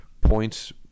points